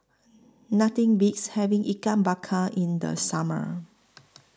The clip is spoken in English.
Nothing Beats having Ikan Bakar in The Summer